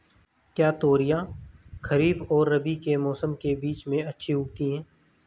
क्या तोरियां खरीफ और रबी के मौसम के बीच में अच्छी उगती हैं?